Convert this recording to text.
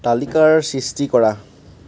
তালিকাৰ সৃষ্টি কৰা